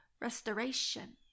restoration